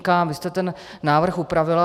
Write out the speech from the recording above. Vy jste ten návrh upravila.